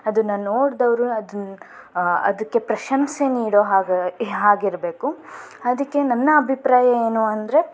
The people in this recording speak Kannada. ಅದನ್ನು ನೋಡಿದವ್ರು ಅದು ಅದಕ್ಕೆ ಪ್ರಶಂಸೆ ನೀಡೋ ಹಾಗೆ ಆಗಿರ್ಬೇಕು ಅದಕ್ಕೆ ನನ್ನ ಅಭಿಪ್ರಾಯ ಏನು ಅಂದರೆ